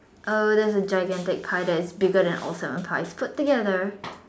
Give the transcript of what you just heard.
oh there's a gigantic pie bigger than all seven pies put together